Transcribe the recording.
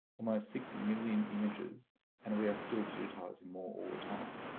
almost six million images and we are still digitising more all the time.